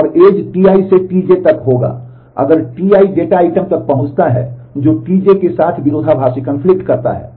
और edge Ti से Tj तक होगी अगर Ti डेटा आइटम तक पहुंचता है जो Tj के साथ विरोधाभासी करता है